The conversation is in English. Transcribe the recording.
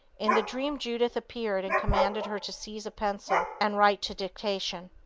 in the dream judith appeared and commanded her to seize a pencil and write to dictation.